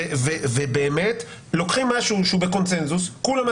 ובאמת לוקחים משהו שהוא בקונצנזוס ומנסים